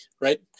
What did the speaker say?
right